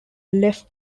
left